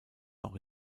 auch